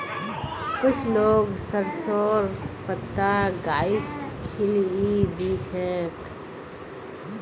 कुछू लोग सरसोंर पत्ता गाइक खिलइ दी छेक